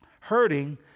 hurting